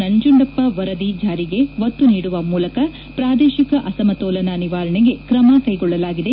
ನಂಜುಂಡಪ್ಪ ವರದಿ ಜಾರಿಗೆ ಒತ್ತು ನೀಡುವ ಮೂಲಕ ಪ್ರಾದೇಶಿಕ ಅಸಮತೋಲನ ನಿವಾರಣೆಗೆ ಕ್ರಮ ಕೈಗೊಳ್ಳಲಾಗಿದೆ